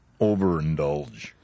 overindulge